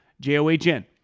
J-O-H-N